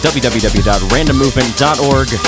www.randommovement.org